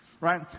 Right